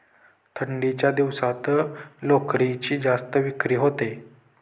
थंडीच्या दिवसात लोकरीची जास्त विक्री होते